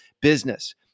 business